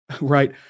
right